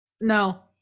no